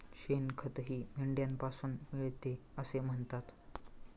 शेणखतही मेंढ्यांपासून मिळते असे म्हणतात